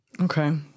Okay